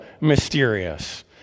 mysterious